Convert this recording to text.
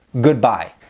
goodbye